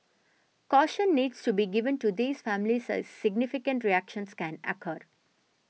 caution needs to be given to these families as significant reactions can occur